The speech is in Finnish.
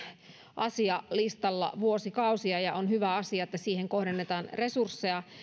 asialistalla vuosikausia ja on hyvä asia että siihen kohdennetaan resursseja